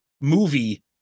movie